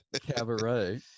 Cabaret